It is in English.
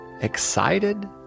excited